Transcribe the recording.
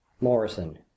Morrison